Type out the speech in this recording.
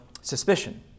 suspicion